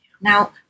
Now